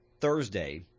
Thursday